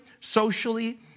socially